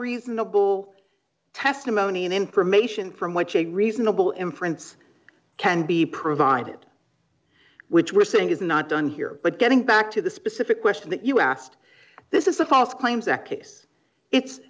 reasonable testimony in information from which a reasonable inference can be provided which we're saying is not done here but getting back to the specific question that you asked this is the false claims act case it's